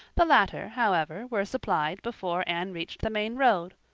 the latter, however, were supplied before anne reached the main road,